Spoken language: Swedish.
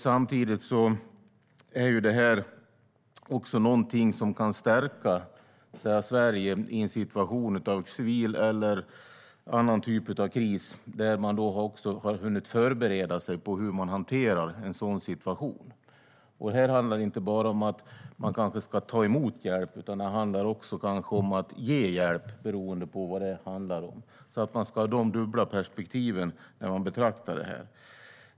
Samtidigt är det något som kan stärka Sverige i en situation av civil eller annan typ av kris att man har hunnit förbereda sig för att hantera en sådan situation. Här handlar det inte bara om att man ska ta emot hjälp, utan det handlar också om att man kan komma att ge hjälp, beroende på vad det handlar om. Vi ska ha dessa dubbla perspektiv när vi betraktar det här.